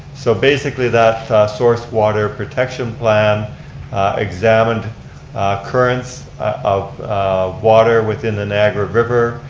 so basically that source water protection plan examined currents of water within the niagara river,